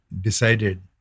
decided